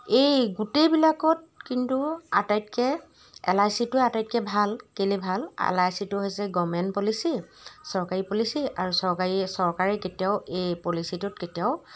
এই গোটেইবিলাকত কিন্তু আটাইতকৈ এল আই চিটোৱে আটাইতকৈ ভাল কেলৈ ভাল এল আই চিটো হৈছে গভাৰ্ণমেণ্ট পলিচি চৰকাৰী পলিচি আৰু চৰকাৰী চৰকাৰে কেতিয়াও এই পলিচিটোত কেতিয়াও